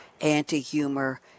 anti-humor